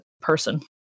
person